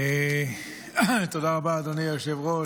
אדוני היושב-ראש.